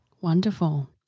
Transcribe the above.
wonderful